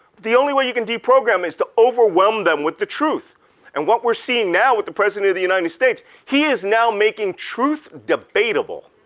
the only way you can deprogram em is to overwhelm them with the truth and what we're seeing now with the president of the united states, he is now making truth debatable,